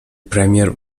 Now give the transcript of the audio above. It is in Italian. premier